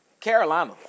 Carolina